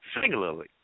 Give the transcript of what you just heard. singularly